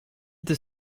deux